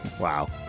Wow